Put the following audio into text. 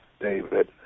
David